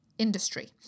industry